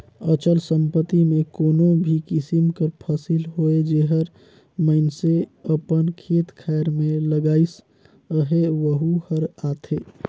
अचल संपत्ति में कोनो भी किसिम कर फसिल होए जेहर मइनसे अपन खेत खाएर में लगाइस अहे वहूँ हर आथे